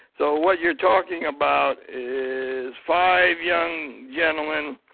so what you're talking about is five young gentlemen,